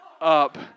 up